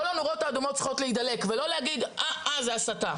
כל הנורות האדומות צריכות להידלק ולא לדבר על הסתה.